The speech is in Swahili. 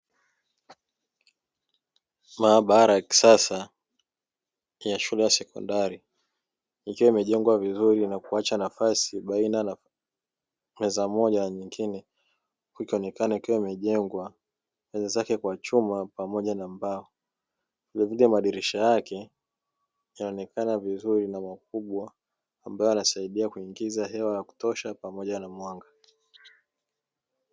Maabara ya kisasa ya shule ya sekondari ikiwa imejengwa vizuri na kuacha nafasi baina ya meza moja na nyingine ikionekana ikiwa imejengwa kuta zake kwa chuma pamoja na mbao, vilevile madirisha yake yanaonekana makubwa ambayo yanasaidia kuingiza hewa ya kutosha pamoja na mwanga.